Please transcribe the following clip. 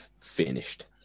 finished